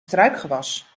struikgewas